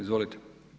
Izvolite.